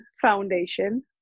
foundation